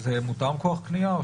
זה מותאם כוח קנייה?